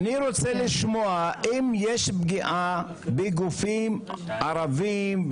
אני רוצה לשמוע אם יש פגיעה בגופים ערביים,